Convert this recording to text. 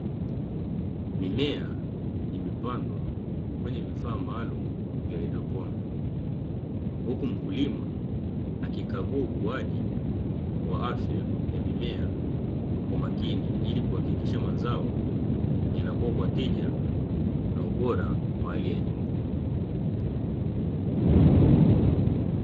Mimea imepandwa kwenye vifaa maalumu vya haidroponi, huku mkulima akikagua ukuaji wa afya wa mimea kwa umakini ili kuhakikisha mazao yanakua kwa tija na ubora wa hali ya juu.